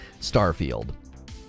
Starfield